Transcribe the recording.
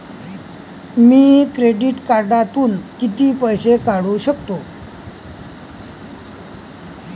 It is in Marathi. मी क्रेडिट कार्डातून किती पैसे काढू शकतो?